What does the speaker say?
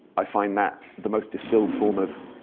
i find that the most distilled form of